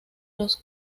los